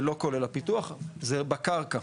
זה לא כולל הפיתוח, זה בקרקע.